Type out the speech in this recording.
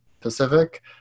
Pacific